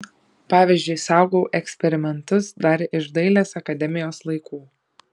pavyzdžiui saugau eksperimentus dar iš dailės akademijos laikų